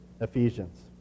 Ephesians